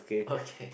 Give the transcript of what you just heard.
okay